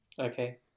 Okay